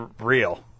real